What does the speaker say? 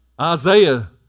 Isaiah